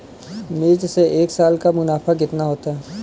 मिर्च से एक साल का मुनाफा कितना होता है?